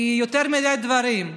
כי, יותר מדי דברים.